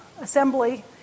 assembly